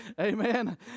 Amen